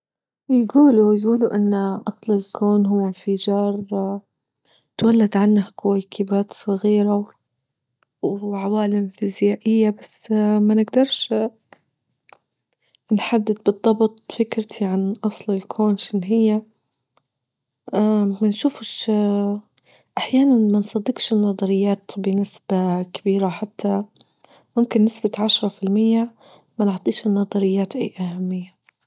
يجولوا-يجولوا أن أصل الكون هو إنفجار تولد عنه كويكبات صغيرة وعوالم فيزيائية بس اه ما نجدرش نحدد بالضبط فكرتي عن أصل الكون مشان هي منشوفش أحيانا ما نصدجش النظريات بنسبة كبيرة حتى ممكن نسبة عشرة في المية ما نعطيش النظريات أي أهمية.